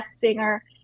Singer